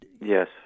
Yes